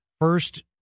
First